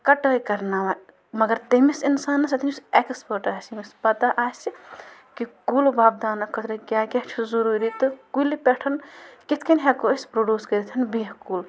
کَٹٲے کَرناوان مگر تمِس اِنسانَس اتھٮ۪ن یُس اٮ۪کٕسپٲٹ آسہِ ییٚمِس پَتَہ آسہِ کہِ کُل وۄپداونہٕ خٲطرٕ کیٛاہ کیٛاہ چھُ ضٔروٗری تہٕ کُلہِ پٮ۪ٹھ کِتھ کٔنۍ ہٮ۪کو أسۍ پرٛوڈوٗس کٔرِتھ بیکھ کُل